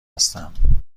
هستم